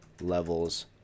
levels